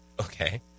Okay